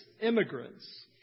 Immigrants